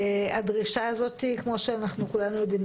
הדרישה הזאת כמו שאנחנו כולנו יודעים,